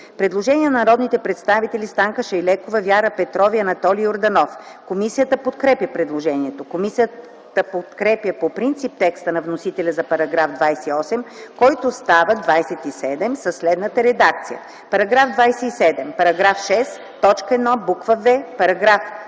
Предложение на народните представители Станка Шайлекова, Вяра Петрова и Анатолий Йорданов. Комисията подкрепя предложението. Комисията подкрепя по принцип текста на вносителя за § 28, който става § 27 със следната редакция: „§ 27. Параграф 6, т. 1, буква „в”, § 17, т.